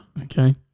Okay